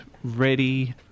ready